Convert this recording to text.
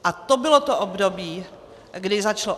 A to bylo to období, kdy začalo.